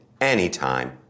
anytime